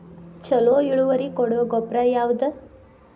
ಛಲೋ ಇಳುವರಿ ಕೊಡೊ ಗೊಬ್ಬರ ಯಾವ್ದ್?